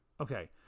Okay